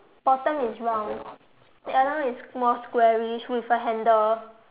bottom is round the other one is more squarish with a handle